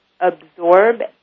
absorb